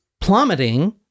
plummeting